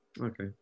okay